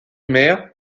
mer